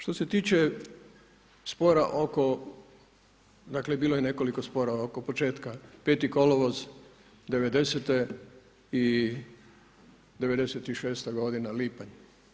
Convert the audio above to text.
Što se tiče spora oko, dakle bilo je nekoliko spora oko početka 5. kolovoz '90. i 96. godina lipanj.